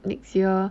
next year